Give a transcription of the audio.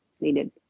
needed